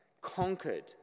conquered